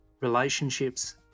relationships